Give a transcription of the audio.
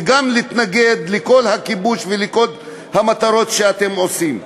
וגם להתנגד לכל הכיבוש ולכל המטרות שאתם עושים.